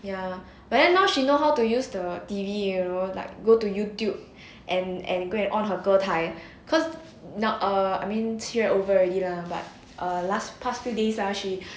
ya but then now she know how to use the T_V you know like go to youtube and and on her 歌台 cause now err I mean 七月 over already lah but err last past few days lah she